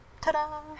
Ta-da